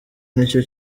nicyo